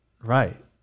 Right